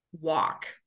walk